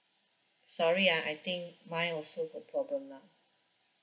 sorry ah I think mine also got problem lah